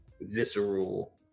visceral